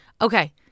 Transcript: Okay